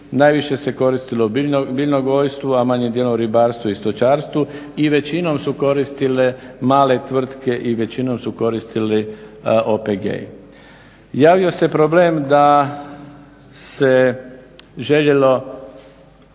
Najviše se koristilo biljno gojstvo, a manjim dijelom ribarstvo i stočarstvo i većinom su koristile male tvrtke i većinom su koristili OPG-i. Javio se problem da se željelo